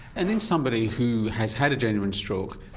and in somebody who has had a genuine stroke,